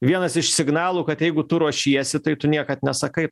vienas iš signalų kad jeigu tu ruošiesi tai tu niekad nesakai